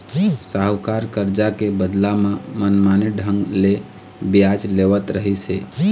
साहूकार करजा के बदला म मनमाने ढंग ले बियाज लेवत रहिस हे